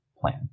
plan